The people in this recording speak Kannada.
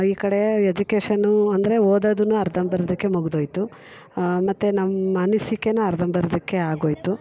ಈ ಕಡೆ ಎಜುಕೇಶನು ಅಂದರೆ ಓದೋದನ್ನು ಅರ್ಧಂರ್ಧಕ್ಕೆ ಮುಗಿದೋಯ್ತು ಮತ್ತೆ ನಮ್ಮ ಅನಿಸಿಕೆಯೂ ಅರ್ಧಂಬರ್ಧಕ್ಕೆ ಆಗೋಯಿತು